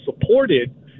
supported